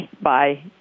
Bye